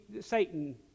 Satan